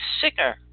sicker